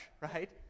right